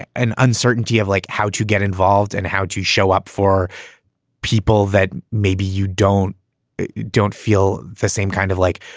an uncertainty of like how to get involved and how to show up for people that maybe you don't don't feel the same kind of like